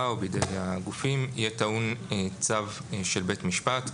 או בידי הגופים יהיה טעון צו של בית משפט.